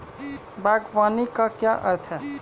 बागवानी का क्या अर्थ है?